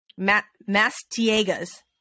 Mastiegas